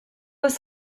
was